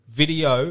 video